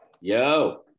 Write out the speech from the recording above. Yo